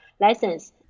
license